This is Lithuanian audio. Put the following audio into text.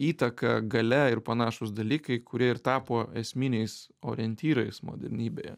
įtaka galia ir panašūs dalykai kurie ir tapo esminiais orientyrais modernybėje